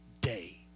day